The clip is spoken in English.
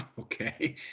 okay